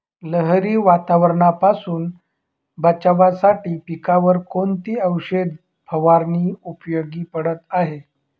लहरी वातावरणापासून बचावासाठी पिकांवर कोणती औषध फवारणी उपयोगी पडत आहे?